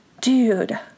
dude